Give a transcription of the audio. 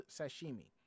sashimi